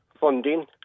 funding